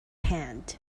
hand